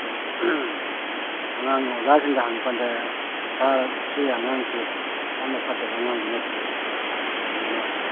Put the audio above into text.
ꯑꯗꯣ ꯑꯉꯥꯡ ꯑꯣꯖꯥꯁꯤꯡꯗ ꯍꯪꯕ ꯀꯥꯟꯗ ꯁꯥꯔ ꯁꯤ ꯑꯉꯥꯡꯁꯤ ꯌꯥꯝꯅ ꯐꯠꯇꯕ ꯑꯉꯥꯡꯗꯤ ꯅꯠꯇꯦ ꯑꯗꯨꯝ ꯃꯥꯁꯤ